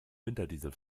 winterdiesel